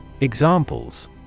Examples